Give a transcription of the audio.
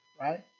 right